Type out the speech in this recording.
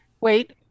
Wait